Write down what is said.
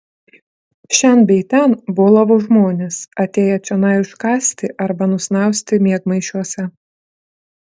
šen bei ten bolavo žmonės atėję čionai užkąsti arba nusnausti miegmaišiuose